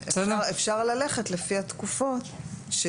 אפשר ללכת לפי התקופות שיש,